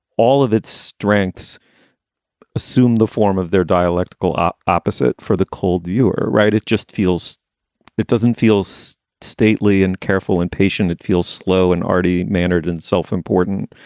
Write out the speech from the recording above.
all of its strengths assume the form of their dialectical um opposite for the cold. you're right. it just feels it doesn't feels stately and careful and patient. it feels slow and arty, mannered and self-important.